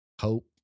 hope